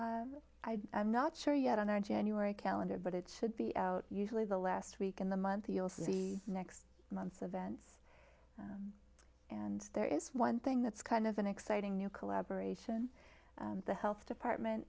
go i'm not sure yet on our january calendar but it should be out usually the last week in the month you'll see next month's events and there is one thing that's kind of an exciting new collaboration the health department